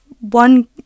one